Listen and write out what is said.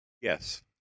Yes